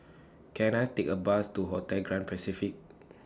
Can I Take A Bus to Hotel Grand Pacific